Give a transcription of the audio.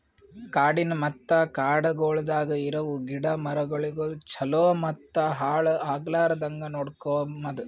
ಕಾಡಿನ ಮತ್ತ ಕಾಡಗೊಳ್ದಾಗ್ ಇರವು ಗಿಡ ಮರಗೊಳಿಗ್ ಛಲೋ ಮತ್ತ ಹಾಳ ಆಗ್ಲಾರ್ದಂಗ್ ನೋಡ್ಕೋಮದ್